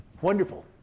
wonderful